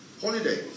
Holiday